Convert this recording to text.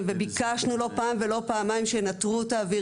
וביקשנו לא פעם ולא פעמיים שינטרו את האוויר,